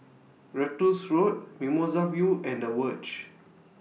Ratus Road Mimosa View and The Verge